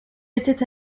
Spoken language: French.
était